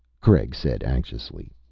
craig said anxiously.